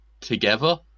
together